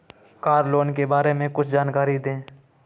Car loan के बारे में कुछ जानकारी दें?